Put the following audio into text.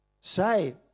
say